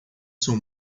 são